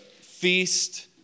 feast